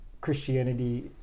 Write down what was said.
Christianity